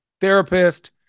therapist